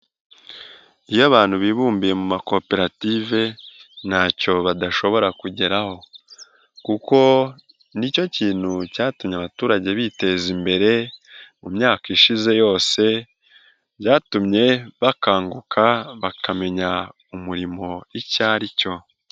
Iyo abantu bibumbiye mu makoperative ntacyo badashobora kugeraho kuko ni cyo kintu cyatumye abaturage biteza imbere mu myaka ishize yose, byatumye bakanguka bakamenya umurimo icyo ari cyo.